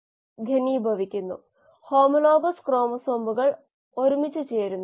മീഡയത്തിൽ ലവണങ്ങൾ അടങ്ങിയിരിക്കുന്നു വിറ്റാമിനുകൾ ധാതുക്കൾ തുടങ്ങിയ പോഷകങ്ങൾ മീഡിയത്തിൽ അടങ്ങിയിരിക്കാം